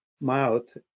mouth